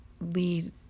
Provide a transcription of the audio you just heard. lead